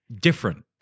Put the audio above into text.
different